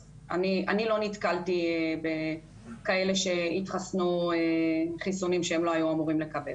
אז אני לא נתקלתי בכאלה שהתחסנו חיסונים שהם לא היו אמורים לקבל.